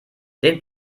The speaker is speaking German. den